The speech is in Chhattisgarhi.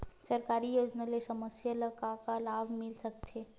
सरकारी योजना ले समस्या ल का का लाभ मिल सकते?